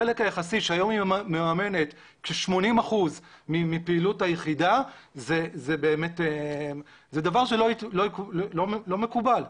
החלק היחסי שהיום היא ממנת 80% מפעילות היחידה זה דבר שהוא לא מקובל.